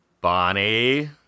Bonnie